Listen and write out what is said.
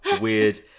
weird